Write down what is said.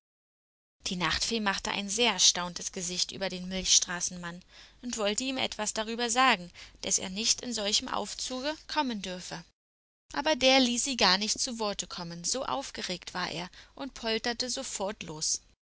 die nachtfee machte ein sehr erstauntes gesicht über den milchstraßenmann und wollte ihm etwas darüber sagen daß er nicht in solchem aufzuge kommen dürfe aber der ließ sie gar nicht zu worte kommen so aufgeregt war er und polterte sofort los